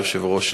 היושב-ראש,